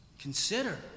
Consider